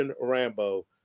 Rambo